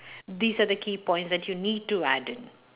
these are the key points that you need to add in